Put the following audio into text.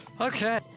okay